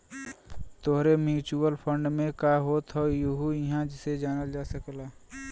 तोहरे mutual fund में का होत हौ यहु इहां से जानल जा सकला